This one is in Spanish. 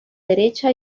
derecha